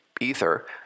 Ether